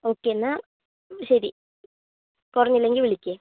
okay എന്നാൽ ശരി കുറഞ്ഞില്ലെങ്കിൽ വിളിക്ക്